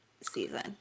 season